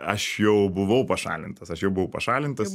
aš jau buvau pašalintas aš jau buvau pašalintas